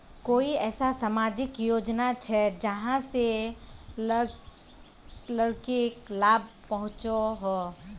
कोई ऐसा सामाजिक योजना छे जाहां से लड़किक लाभ पहुँचो हो?